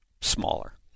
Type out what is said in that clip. smaller